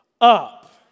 up